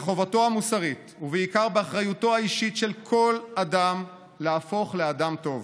בחובתו המוסרית ובעיקר באחריותו האישית של כל אדם להפוך לאדם טוב.